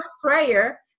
Prayer